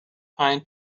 pine